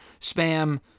spam